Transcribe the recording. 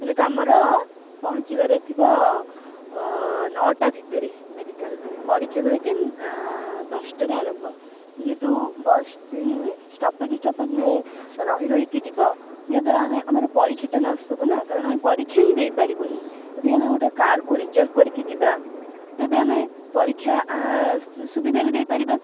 ସେଟା କାମର ପହଞ୍ଚିବାରେ ଥିବ ନଅଟା ଭିତରେ ମେଡ଼ିକାଲ ପରୀକ୍ଷା ଧରକେ ଦଶଟାରେ ଆରମ୍ଭ ଯେହେତୁ ବସ୍ଟି ଷ୍ଟପେଜ ଷ୍ଟପେଜ ରହି ରହିକି ଯିବ ଯାହାଦ୍ୱାରା ଆମେ ଆମର ପରୀକ୍ଷାଟା ଲସ୍ ହବ ନା କାରଣ ଆମେ ପରୀକ୍ଷା ହିଁ ଦେଇପାରିବୁନି ଯଦି ଆମେ ଗୋଟେ କାର୍କୁ ରିଜର୍ଭ କରିକି ଯିବା ତେବେ ଆମେ ପରୀକ୍ଷା ସୁବିଧାରେ ଦେଇପାରିବା